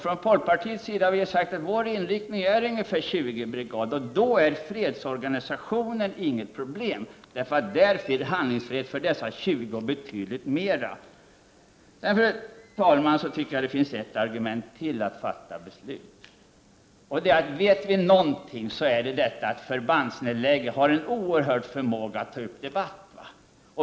Från folkpartiets sida har vi sagt att vår inriktning är ungefär 20 brigader. Därmed är fredsorganiastionen inte något problem, eftersom det där finns utrymme för dessa 20 och betydligt fler. Fru talman! Vidare anser jag att det finns ytterligare ett argument för att fatta beslut. Om det är någonting som vi vet, så är det att förbandsnedläggningar har en oerhörd förmåga att skapa debatt.